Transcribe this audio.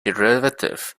derivative